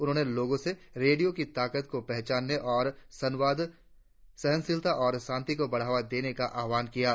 उन्होंने लोगों से रेडियों की ताकत को पहचानने और संवाद सहनशीलता और शांति को बढ़ावा देने का आह्वान किया है